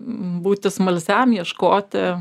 būti smalsiam ieškoti